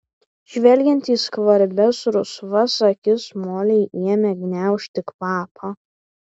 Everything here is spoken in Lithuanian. žvelgiant į skvarbias rusvas akis molei ėmė gniaužti kvapą